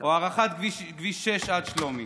או הארכת כביש 6 עד שלומי.